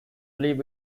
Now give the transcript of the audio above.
live